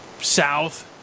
South